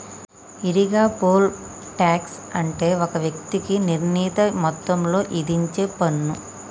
ఈరిగా, poll tax అంటే ఒక వ్యక్తికి నిర్ణీత మొత్తంలో ఇధించేపన్ను